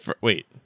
Wait